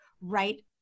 right